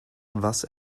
was